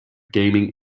gaming